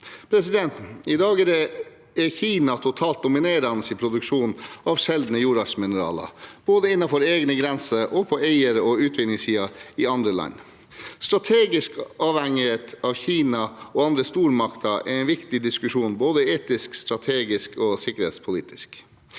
I dag er Kina totalt dominerende i produksjon av sjeldne jordartsmineraler, både innenfor egne grenser og på eier- og utvinningssiden i andre land. Strategisk avhengighet av Kina og andre stormakter er en viktig diskusjon, både etisk, strategisk og sikkerhetspolitisk.